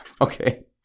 Okay